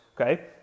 Okay